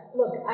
look